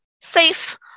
safe